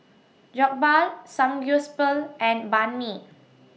Jokbal Samgyeopsal and Banh MI